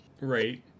right